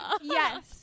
yes